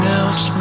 else